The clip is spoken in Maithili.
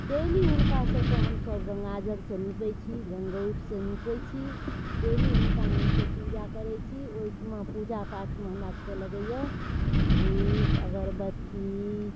डेली हुनकासभके हमसभ गङ्गाजलसँ निपै छी गङ्गौटसँ निपै छी डेली हुनका हमसभ पूजा करै छी ओहिठाम पूजापाठमे हमरासभके लगैए धूप अगरबत्ती